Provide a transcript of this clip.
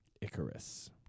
Icarus